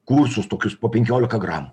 kursus tokius po penkiolika gramų